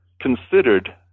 considered